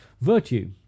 Virtue